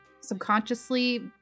subconsciously